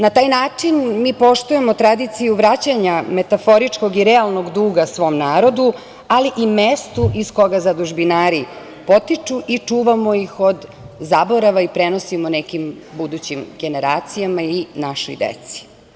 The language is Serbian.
Na taj način mi poštujemo tradiciju vraćanja metaforičkog i realnog duga svom narodu, ali i mestu iz koga zadužbinari potiču i čuvamo ih od zaborava i prenosimo nekim budućim generacijama i našoj deci.